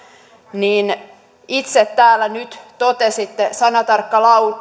ja nyt itse täällä totesitte sanatarkka